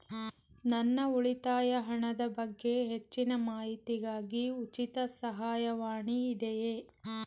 ನನ್ನ ಉಳಿತಾಯ ಹಣದ ಬಗ್ಗೆ ಹೆಚ್ಚಿನ ಮಾಹಿತಿಗಾಗಿ ಉಚಿತ ಸಹಾಯವಾಣಿ ಇದೆಯೇ?